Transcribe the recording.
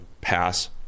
pass